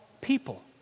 people